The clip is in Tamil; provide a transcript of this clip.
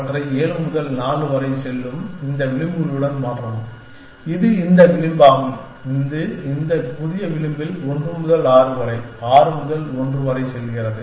அவற்றை 7 முதல் 4 வரை செல்லும் இந்த விளிம்புகளுடன் மாற்றவும் இது இந்த விளிம்பாகும் இது இந்த புதிய விளிம்பில் 1 முதல் 6 வரை 6 முதல் 1 வரை செல்கிறது